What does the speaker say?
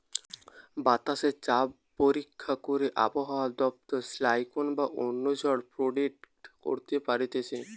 বাতাসে চাপ পরীক্ষা করে আবহাওয়া দপ্তর সাইক্লোন বা অন্য ঝড় প্রেডিক্ট করতে পারতিছে